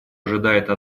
ожидается